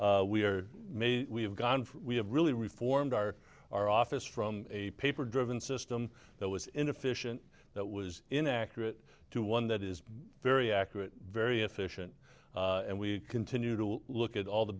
maybe we have gone we have really reformed our our office from a paper driven system that was inefficient that was inaccurate to one that is very accurate very efficient and we continue to look at all the